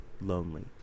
lonely